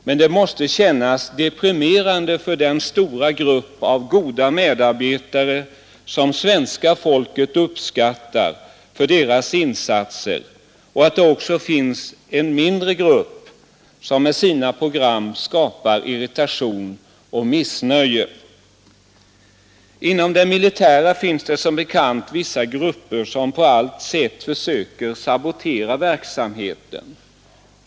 Men det måste kännas deprimerande för den stora grupp av goda medarbetare, som svenska folket uppskattar för deras insatser, att det också finns en mindre grupp som med sina program skapar irritation och missnöje. Inom det militära finns det som bekant vissa grupper som på allt sätt försöker sabotera verksamheten.